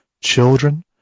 children